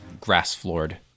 grass-floored